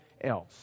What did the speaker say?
else